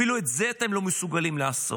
אפילו את זה אתם לא מסוגלים לעשות.